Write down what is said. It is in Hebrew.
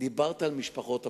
דיברת על משפחות הפשע.